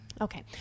Okay